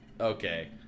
Okay